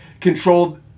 controlled